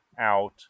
out